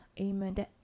Amen